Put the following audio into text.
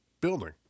building